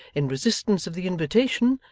in resistance of the invitation,